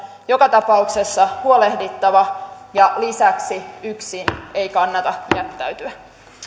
joka tapauksessa huolehdittava ja yksin ei kannata jättäytyä